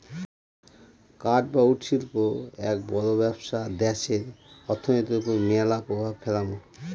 কাঠ বা উড শিল্প এক বড় ব্যবসা দ্যাশের অর্থনীতির ওপর ম্যালা প্রভাব ফেলামু